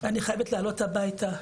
אני חייבת לעלות הביתה',